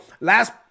last